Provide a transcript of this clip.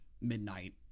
midnight